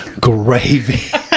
Gravy